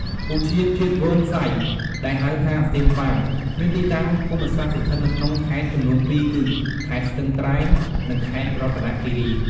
ឧទ្យានជាតិវ៉ើនសៃ ដែលហៅថា សៀមប៉ាង មានទីតាំងភូមិសាស្ត្រស្ថិតនៅក្នុងខេត្តចំនួនពីរគឺ ខេត្តស្ទឹងត្រែង និងខេត្តរតនគិរី។